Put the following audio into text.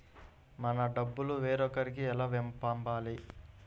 మన డబ్బులు వేరొకరికి ఎలా పంపాలి?